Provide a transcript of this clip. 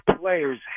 players